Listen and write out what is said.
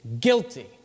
guilty